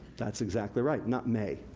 that's exactly right. not may,